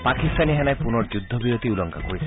পাকিস্তানী সেনাই পুনৰ যুদ্ধবিৰতি উলংঘা কৰিছে